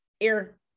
air